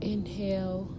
Inhale